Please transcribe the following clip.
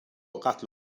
قتل